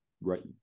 right